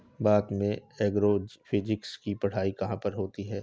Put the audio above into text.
भारत में एग्रोफिजिक्स की पढ़ाई कहाँ पर होती है?